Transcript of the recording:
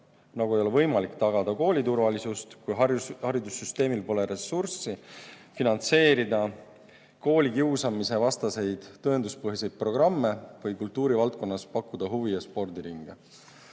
Nagu ei ole võimalik tagada kooliturvalisust, kui haridussüsteemil pole ressurssi finantseerida koolikiusamisvastaseid tõenduspõhiseid programme või kultuurivaldkonnas pakkuda huvi‑ ja spordiringe.